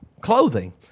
clothing